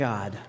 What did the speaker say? God